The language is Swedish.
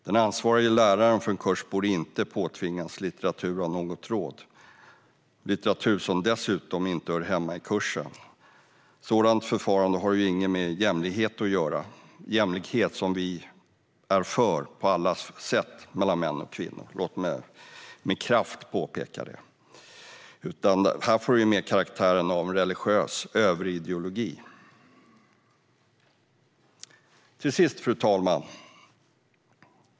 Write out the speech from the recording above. Den ansvarige läraren för en kurs borde inte påtvingas litteratur av något råd, litteratur som dessutom inte hör hemma i kursen. Ett sådant förfarande har inget att göra med jämställdhet mellan män och kvinnor - som vi på alla sätt är för; låt mig med kraft framhålla det - utan får mer karaktären av religiös överideologi. Fru talman!